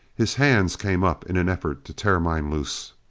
his hands came up in an effort to tear mine loose.